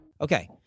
Okay